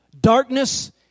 Darkness